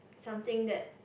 something that